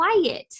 quiet